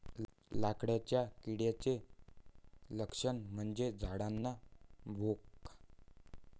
लाकडाच्या किड्याचे लक्षण म्हणजे झाडांना भोक